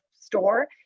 store